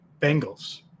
Bengals